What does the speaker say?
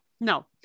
No